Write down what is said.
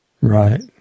Right